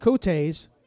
Cotes